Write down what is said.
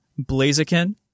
Blaziken